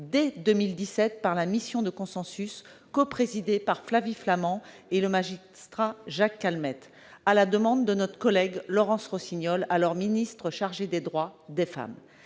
dès 2017 par la mission de consensus coprésidée par Flavie Flament et le magistrat Jacques Calmettes et réunie à la demande de notre collègue Laurence Rossignol, alors ministre chargée des droits des femmes.